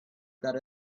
that